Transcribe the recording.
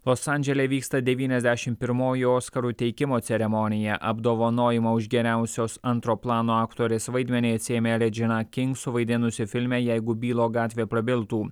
los andžele vyksta devyniasdešimt pirmoji oskarų įteikimo ceremonija apdovanojimą už geriausios antro plano aktorės vaidmenį atsiėmė redžina kings suvaidinusi filme jeigu bylo gatvė prabiltų